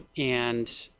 and,